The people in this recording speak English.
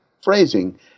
phrasing